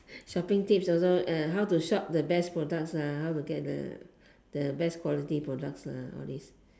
shopping tips also uh how to shop the best products ah how to get the the best quality products ah all these